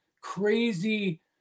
crazy